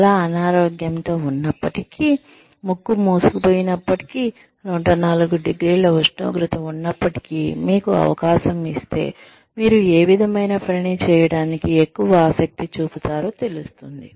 చాలా అనారోగ్యంతో ఉన్నప్పటికీ ముక్కు మూసుకుపోయినప్పటికీ 104 డిగ్రీల ఉష్ణోగ్రత ఉన్నప్పటికీ మీకు అవకాశం ఇస్తే మీరు ఏ విధమైన పనిని చేయటానికి ఎక్కువ ఆసక్తి చూపుతారో తెలుస్తుంది